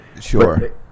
Sure